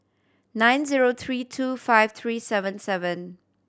nine zero three two five three seven seven